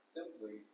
Simply